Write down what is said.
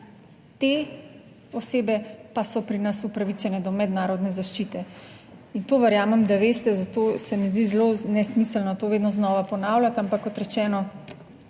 Te osebe pa so pri nas upravičene do mednarodne zaščite in to verjamem, da veste, zato se mi zdi zelo nesmiselno to vedno znova ponavljati. Ampak kot rečeno,